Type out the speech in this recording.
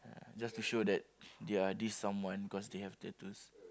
ah just to show that they are this someone cause they have tattoos